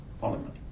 parliament